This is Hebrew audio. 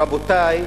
רבותי,